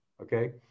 Okay